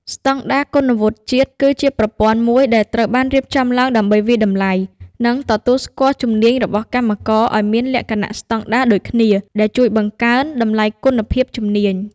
ស្តង់ដារគុណវុឌ្ឍិជាតិ គឺជាប្រព័ន្ធមួយដែលត្រូវបានរៀបចំឡើងដើម្បីវាយតម្លៃ និងទទួលស្គាល់ជំនាញរបស់កម្មករឱ្យមានលក្ខណៈស្តង់ដារដូចគ្នា ដែលជួយបង្កើនតម្លៃគុណភាពជំនាញ។